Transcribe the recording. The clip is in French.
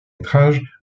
métrages